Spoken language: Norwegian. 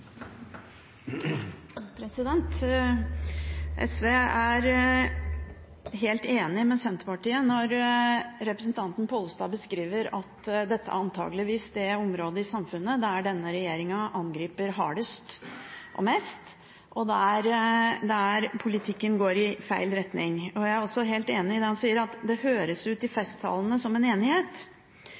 med Senterpartiet når representanten Pollestad beskriver at dette antakeligvis er det området i samfunnet der denne regjeringen angriper hardest og mest, og der politikken går i feil retning. Jeg er også helt enig i det han sier om at det i festtalene høres ut som en enighet. Jeg har også registrert at Senterpartiet og Arbeiderpartiet i